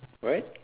what